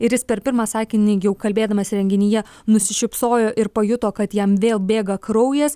ir jis per pirmą sakinį jau kalbėdamas renginyje nusišypsojo ir pajuto kad jam vėl bėga kraujas